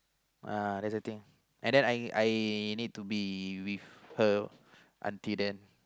uh that's the thing and then I I I need to be with her until then